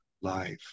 life